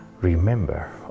Remember